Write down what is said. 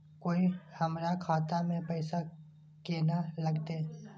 कोय हमरा खाता में पैसा केना लगते?